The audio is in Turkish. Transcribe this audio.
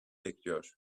bekliyor